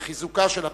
בחיזוקה של הפריפריה.